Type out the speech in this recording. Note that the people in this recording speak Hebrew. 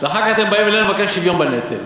ואחר כך אתם באים אלינו לבקש שוויון בנטל.